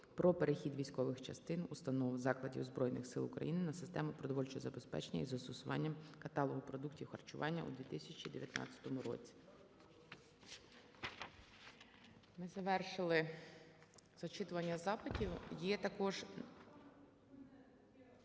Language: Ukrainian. "Про перехід військових частин (установ, закладів) Збройних Сил України на систему продовольчого забезпечення із застосуванням каталогу продуктів харчування у 2019 році".